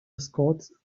escorts